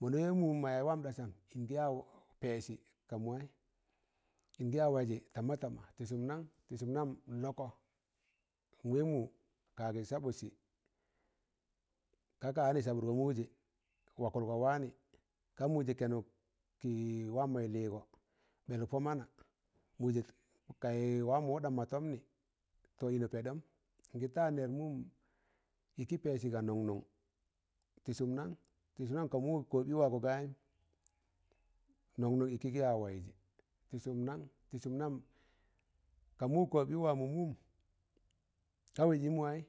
Mọna wẹ mụm mọ yaz wam ɗasam ịn gị ya pesị ka mụ waị ịn gị ya waịzị tama tama, tịsụm nan? ti sum nang n lọkọ n wee mu kaagi sabutsi ka sabụtgọ mụjẹ, wakụlgọ waanị kamụ jẹ kẹnụk kị wam mọị lịgọ ɓẹlụk pọ mana mụjẹ kaị wamọ wụɗan mọ tọmnị tọ ịnọ pẹɗọm ịn gị ta nẹr mụm ịkị pẹsị ga nọn nọn tị sụm nan? tị sụm nam ka mu kụtkọ ị wọgọ gayịm nọn nọn ịkị gịm ya waịzị tị sụm nan ti sụm nam kamụ kotkkọ ị wamọ mụm ka wẹz ị mụ waị